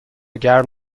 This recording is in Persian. گرم